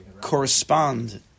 correspond